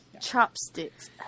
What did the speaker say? Chopsticks